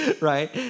right